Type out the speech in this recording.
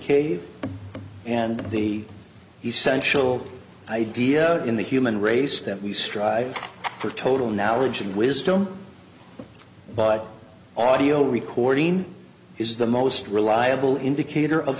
cave and the essential idea in the human race that we strive for total naledge and wisdom but audio recording is the most reliable indicator of